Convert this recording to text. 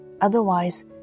Otherwise